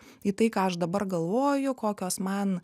į tai ką aš dabar galvoju kokios man